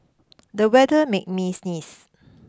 the weather made me sneeze